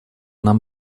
нам